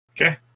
okay